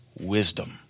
wisdom